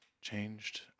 changed